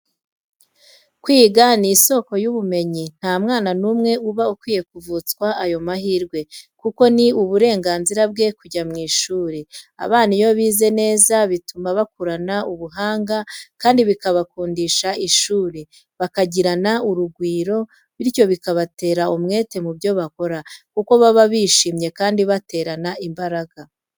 Kwiga ni isoko y'ubumenyi nta mwana n'umwe uba ukwiye kuvutswa ayo mahirwe, kuko ni uburenganzira bwe kujya mu ishuri. Abana iyo bize neza bituma bakurana ubuhanga kandi bikabakundisha ishuri bakagirana urugwiro bityo bikabatera umwete mu byo bakora, kuko baba bishimye kandi baterana imbaraga.